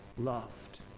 loved